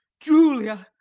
julia,